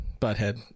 butthead